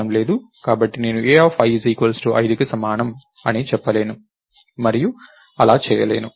కాబట్టి నేను ai 5కి సమానం అని చెప్పలేను మరియు అలా చేయలేను